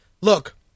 Look